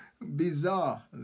bizarre